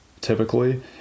typically